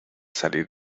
salir